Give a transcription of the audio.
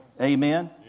Amen